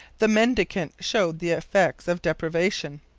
the mendicant showed the effects of deprivation.